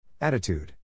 Attitude